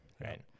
right